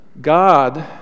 God